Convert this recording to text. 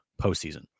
postseason